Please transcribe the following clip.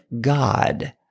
God